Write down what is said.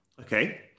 Okay